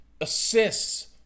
assists